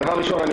דבר ראשון,